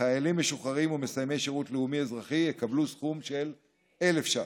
חיילים משוחררים ומסיימי שירות לאומי-אזרחי יקבלו סכום של 1,000 ש"ח.